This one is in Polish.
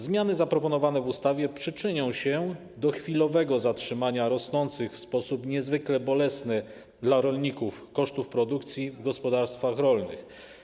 Zmiany zaproponowane w ustawie przyczynią się do chwilowego zatrzymania rosnących w sposób niezwykle bolesny dla rolników kosztów produkcji w gospodarstwach rolnych.